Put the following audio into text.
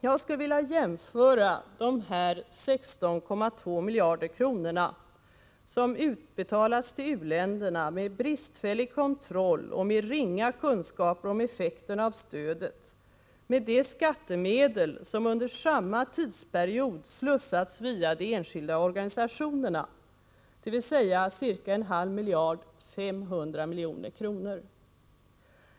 Jag skulle vilja jämföra dessa 16,2 miljarder kronor, som utbetalats till u-länderna med bristfällig kontroll och med ringa kunskaper om effekterna av stödet, med de skattemedel som under samma tidsperiod slussats via de enskilda organisationerna, dvs. ca en halv miljard eller 500 milj.kr.